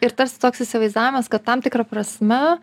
ir tas toks įsivaizdavimas kad tam tikra prasme